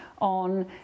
on